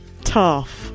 tough